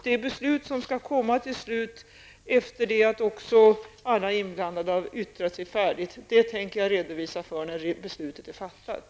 Det beslut som skall komma efter det att alla inblandade har yttrat sig tänker jag redovisa när det beslutet är fattat.